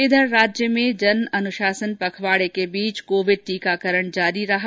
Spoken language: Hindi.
इधर प्रदेश में जन अनुशासन पखवाड़े के बीच कोविड टीकाकरण जारी रहा